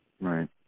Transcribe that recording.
Right